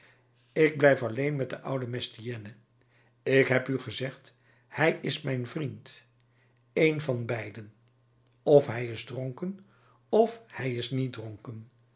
ik blijf alleen met den ouden mestienne ik heb u gezegd hij is mijn vriend een van beiden f hij is dronken f hij is niet dronken